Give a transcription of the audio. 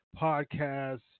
podcast